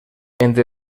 entre